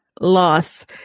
loss